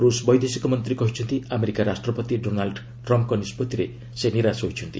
ରୁଷ୍ ବୈଦେଶିକ ମନ୍ତ୍ରୀ କହିଛନ୍ତି ଆମେରିକା ରାଷ୍ଟ୍ରପତି ଡୋନାଲ୍ଡ୍ ଟ୍ରମ୍ଫ୍ଙ୍କ ନିଷ୍କଭିରେ ସେ ନିରାଶ ହୋଇଛନ୍ତି